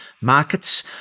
markets